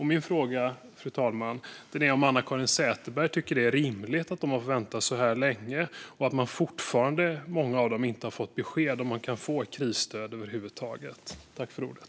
Min fråga, fru talman, är om Anna-Caren Sätherberg tycker att det är rimligt att de har fått vänta så här länge och att många av dem fortfarande inte har fått besked om huruvida de över huvud taget kan få krisstöd.